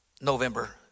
November